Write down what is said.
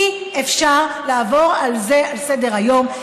אי-אפשר לעבור על זה לסדר-היום,